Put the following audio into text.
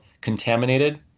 contaminated